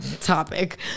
topic